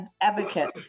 advocate